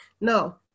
no